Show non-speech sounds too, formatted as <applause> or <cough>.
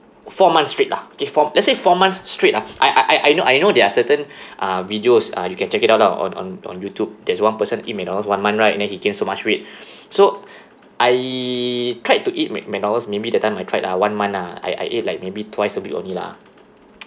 four months straight lah okay fo~ let's say four months straight ah I I I know I know there are certain <breath> uh videos uh you can check it out lah on on on youtube there's one person eat mcdonald's one month right then he gain so much weight <breath> so I tried to eat mc~ mcdonald's maybe that time I tried lah one month lah I I ate like maybe twice a week only lah <noise>